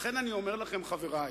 לכן אני אומר לכם, חברי,